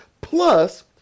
plus